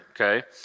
okay